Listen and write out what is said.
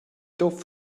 tut